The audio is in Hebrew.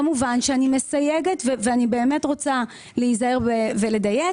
כמובן שאני מסייגת ואני באמת רוצה להיזהר ולדייק,